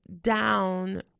down